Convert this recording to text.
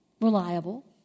reliable